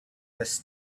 this